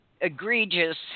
egregious